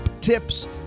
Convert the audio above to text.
tips